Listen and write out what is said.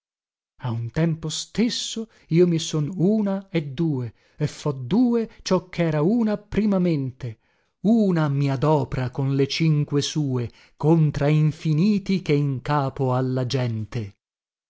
a un tempo stesso io mi son una e due e fo due ciò chera una primamente una mi adopra con le cinque sue contra infiniti che in capo ha la gente